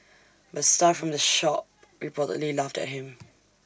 but staff from the shop reportedly laughed at him